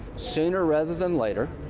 sooner rather than later,